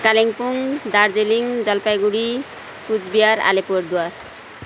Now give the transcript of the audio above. Kalimpong Darjeeling Jalpaiguri Cooch Behar Alipurduar